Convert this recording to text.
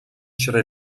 sri